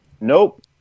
Nope